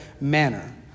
manner